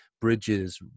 bridges